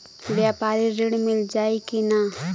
व्यापारी ऋण मिल जाई कि ना?